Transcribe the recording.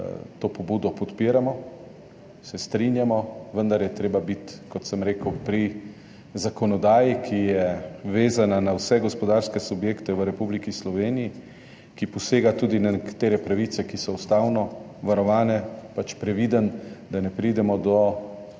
to pobudo podpiramo, se strinjamo, vendar je treba biti, kot sem rekel, pri zakonodaji, ki je vezana na vse gospodarske subjekte v Republiki Sloveniji, ki posega tudi v nekatere pravice, ki so ustavno varovane, pač previden, da ne pridemo do